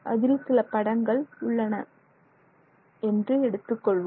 அதில் சில படங்கள் உள்ளன என்று எடுத்துக்கொள்வோம்